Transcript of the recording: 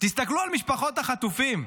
תסתכלו על משפחות החטופים,